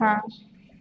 હા